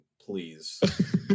Please